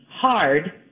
hard